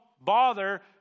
bother